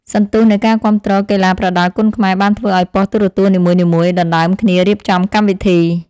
សន្ទុះនៃការគាំទ្រកីឡាប្រដាល់គុណខ្មែរបានធ្វើឱ្យប៉ុស្តិ៍ទូរទស្សន៍នីមួយៗដណ្តើមគ្នារៀបចំកម្មវិធី។